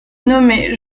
nommé